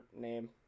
name